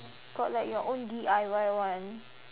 got like your own D_I_Y [one]